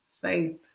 Faith